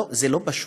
לא, זה לא פשוט.